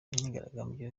imyigaragambyo